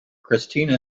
christina